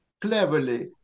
cleverly